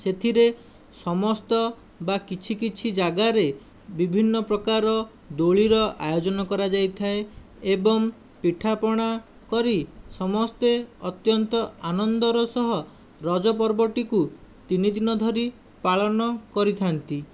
ସେଥିରେ ସମସ୍ତ ବା କିଛି କିଛି ଜାଗାରେ ବିଭିନ୍ନ ପ୍ରକାର ଦୋଳିର ଆୟୋଜନ କରାଯାଇଥାଏ ଏବଂ ପିଠା ପଣା କରି ସମସ୍ତେ ଅତ୍ୟନ୍ତ ଆନନ୍ଦର ସହ ରଜପର୍ବଟିକୁ ତିନିଦିନ ଧରି ପାଳନ କରିଥାନ୍ତି